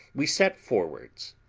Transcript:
we set forwards,